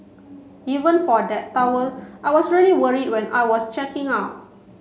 even for that towel I was really worried when I was checking out